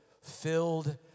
filled